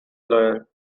lawyer